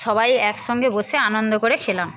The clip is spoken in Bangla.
সবাই একসঙ্গে বসে আনন্দ করে খেলাম